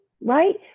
right